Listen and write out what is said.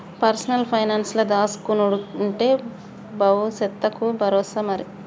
personal పైనాన్సుల దాస్కునుడంటే బవుసెత్తకు బరోసా మరి